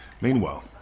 Meanwhile